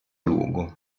luogo